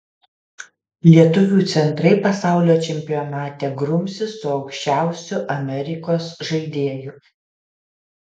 lietuvių centrai pasaulio čempionate grumsis su aukščiausiu amerikos žaidėju